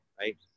right